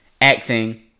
acting